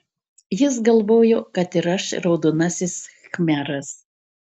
jis galvojo kad ir aš raudonasis khmeras